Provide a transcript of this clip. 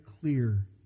clear